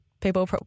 People